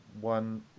one